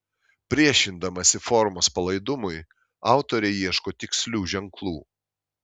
priešindamasi formos palaidumui autorė ieško tikslių ženklų